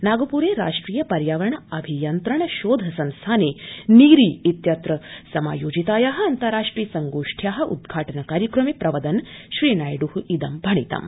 नागपुरे राष्ट्रिय पर्यावरण अभियन्त्रण शोध संस्थाने नीरी स्तित्र समायोजिताया अन्ताराष्ट्रिय संगोष्ठ्या उद्घाटन कार्यक्रमे प्रवदन् श्री नायडु खि भणितम्